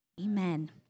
Amen